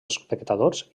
espectadors